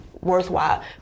worthwhile